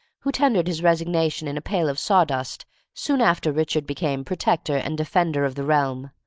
who tendered his resignation in a pail of saw-dust soon after richard became protector and defender of the realm.